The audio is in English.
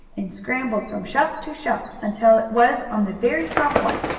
and scrambled from shelf to shelf, until it was on the very top one.